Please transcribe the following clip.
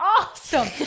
awesome